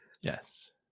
Yes